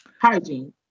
hygiene